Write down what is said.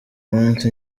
munsi